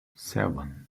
seven